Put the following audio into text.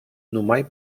numai